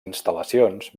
instal·lacions